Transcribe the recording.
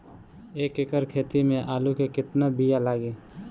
एक एकड़ खेती में आलू के कितनी विया लागी?